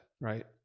right